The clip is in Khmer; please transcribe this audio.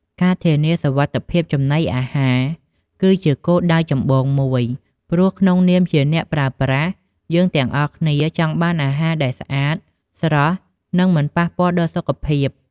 ការធានាសុវត្ថិភាពចំណីអាហារ គឺជាគោលដៅចម្បងមួយ ព្រោះក្នុងនាមជាអ្នកប្រើប្រាស់ យើងទាំងអស់គ្នាចង់បានអាហារដែលស្អាត ស្រស់ និងមិនប៉ះពាល់ដល់សុខភាព។